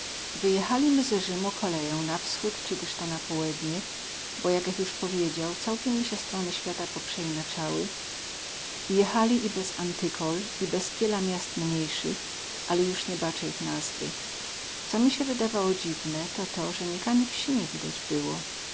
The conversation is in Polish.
wyjechalimy ze rzymu koleją na wschód cy tyz na połednie bo jakech juz powiedział całkem mi sie strony świata poprzeinacały i jechalimy i bez antykol i bez kieła miast mniejszych ale juz nie bacę ich nazwy co mi sie wydawało dziwne to to ze nikany wsi nie widać było